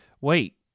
Wait